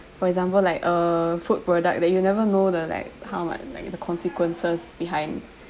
for example like err food product that you never know the like harm like I mean the consequences behind